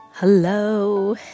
Hello